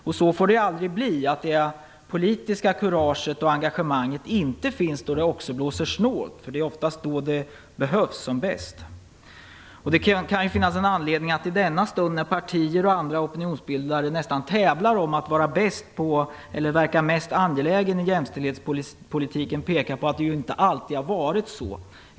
Det får aldrig bli så, att det politiska kuraget och engagemanget inte finns när det också blåser snålt, för det är oftast då det behövs som mest. Det kan finnas anledning att i denna stund, när partier och andra opinionsbildare nästan tävlar om att vara mest angelägna i jämställdhetspolitiken, peka på att det ju inte alltid har varit så.